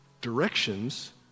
directions